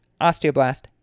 osteoblast